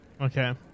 Okay